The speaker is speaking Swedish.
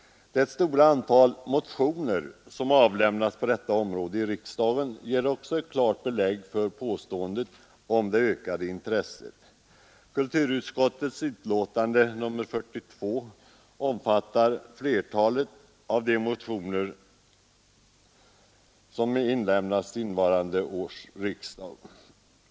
Det stora antal motioner i riksdagen som avlämnats på detta område ger också ett klart belägg för påståendet om det ökade intresset. Kulturutskottets betänkande nr 42 behandlar flertalet av de motioner som inlämnats under innevarande riksdag.